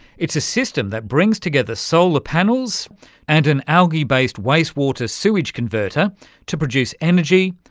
it's a system that brings together solar panels and an algae-based waste water sewage converter to produce energy,